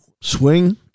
swing